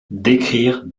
d’écrire